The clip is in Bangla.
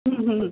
হুম হুম হুম